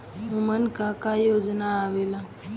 उमन का का योजना आवेला?